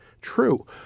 true